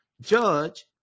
judge